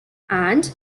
and